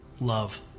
Love